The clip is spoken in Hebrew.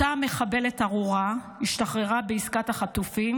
אותה מחבלת ארורה השתחררה בעסקת החטופים